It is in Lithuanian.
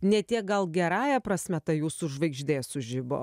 ne tiek gal gerąja prasme ta jūsų žvaigždė sužibo